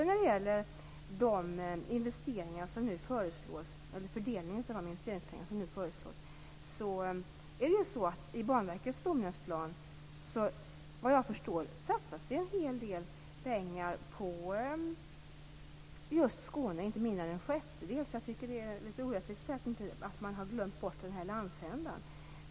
När det gäller fördelningen av de investeringspengar som nu föreslås satsas det såvitt jag förstår i Banverkets stomnätsplan en hel del pengar på just Skåne, inte mindre än en sjättedel. Jag tycker att det är litet orättvist att säga att man har glömt bort den här landsändan.